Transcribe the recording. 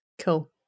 Cool